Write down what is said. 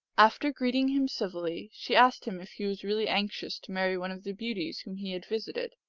after greeting him civilly, she asked him if he was really anxious to marry one of the beauties whom he had visited.